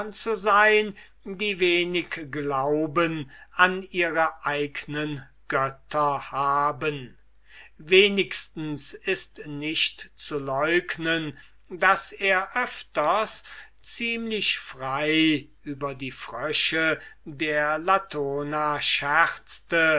zu sein die wenig glauben an ihre eignen götter haben wenigstens ist nicht zu leugnen daß er öfters ziemlich frei über die frösche der latona scherzte